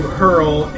hurl